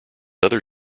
other